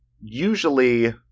usually